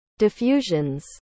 Diffusions